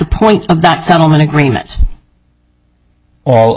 point of that settlement agreement